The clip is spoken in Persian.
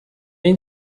این